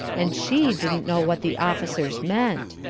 and she didn't know what the officers meant.